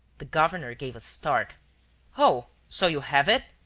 the governor gave a start oh, so you have it?